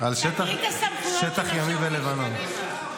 על שטח ימי בלבנון.